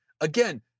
Again